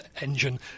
engine